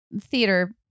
theater